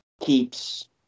keeps